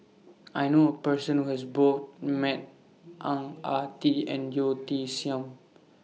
I knew A Person Who has Both Met Ang Ah Tee and Yeo Tiam Siew